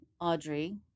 Audrey